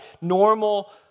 normal